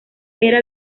era